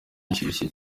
gishyushye